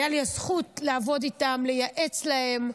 הייתה לי הזכות לעבוד איתם, לייעץ להם.